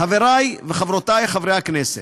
חברי וחברותי חברי חברות הכנסת,